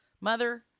mother